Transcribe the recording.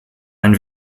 ein